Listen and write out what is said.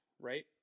right